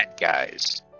guys